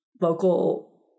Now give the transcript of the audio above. local